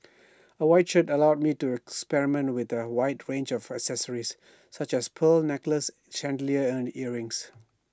A white shirt allows me to experiment with A wide range of accessories such as pearl necklaces chandelier and earrings